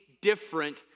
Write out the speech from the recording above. different